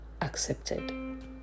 Accepted